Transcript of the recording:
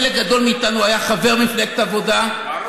חלק גדול מאיתנו היה חבר במפלגת עבודה,